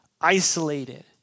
isolated